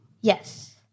Yes